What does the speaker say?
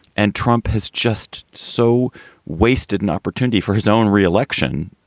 and trump has just so wasted an opportunity for his own re-election.